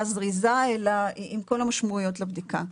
זריזה אלא עם כל המשמעויות לבדיקה.